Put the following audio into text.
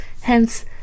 Hence